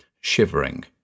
shivering